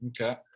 Okay